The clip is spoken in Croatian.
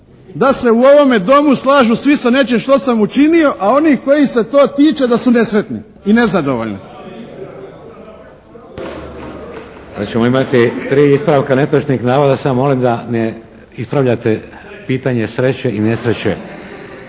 da se u ovome Domu slažu svi sa nečim što sam učinio a oni kojih se to tiče da su nesretni i nezadovoljni. **Šeks, Vladimir (HDZ)** Hoćemo imati tri ispravka netočnih navoda? Samo malo molim, da ne ispravljate pitanje sreće i nesreće.